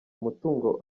umutungo